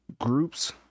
groups